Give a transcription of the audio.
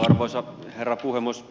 arvoisa herra puhemies